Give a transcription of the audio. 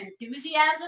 enthusiasm